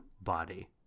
body